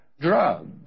drugs